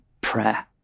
prayer